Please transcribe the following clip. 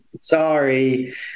sorry